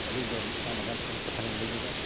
ᱟᱹᱞᱤᱧ ᱫᱚ ᱢᱤᱫᱴᱟᱝ ᱱᱟᱜᱟᱢ ᱠᱟᱛᱷᱟ ᱞᱤᱧ ᱞᱟᱹᱭ ᱧᱚᱜᱟ